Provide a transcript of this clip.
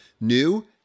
new